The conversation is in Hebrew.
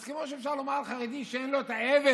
אז כמו שאפשר לומר על חרדי שאין לו את האבל